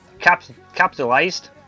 capitalized